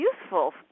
useful